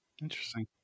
Interesting